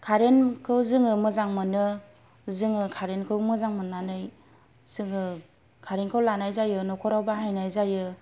current खौ जोङो मोजां मोनो जोङो कारेन्ट खौ मोजां मोननानै जोङो कारेन्ट खौ लानाय जायो न'खराव बाहायनाय जायो